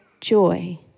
joy